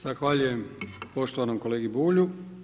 Zahvaljujem poštovanom kolegi Bulju.